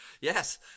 Yes